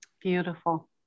Beautiful